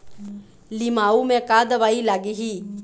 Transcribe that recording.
लिमाऊ मे का दवई लागिही?